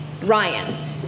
Ryan